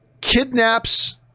kidnaps